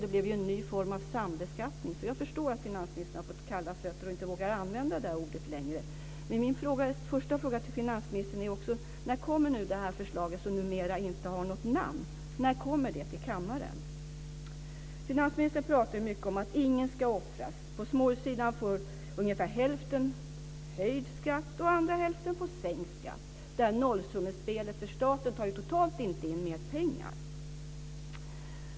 Det blev en ny form av sambeskattning. Så jag förstår att finansministern har fått kalla fötter och inte vågar använda det där ordet längre. Men min första fråga till finansministern är: När kommer det här förslaget som numera inte har något namn till kammaren? Finansministern pratar mycket om att ingen ska offras. På småhussidan får ungefär hälften höjd skatt och den andra hälften får sänkt skatt. Det här nollsummespelet tar totalt inte in mer pengar till staten.